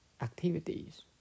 activities